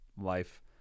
life